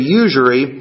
usury